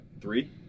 Three